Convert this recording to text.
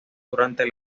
durante